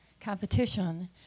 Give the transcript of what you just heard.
competition